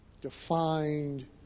defined